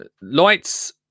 Lights